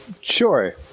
sure